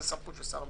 זו סמכות שר המשפטים.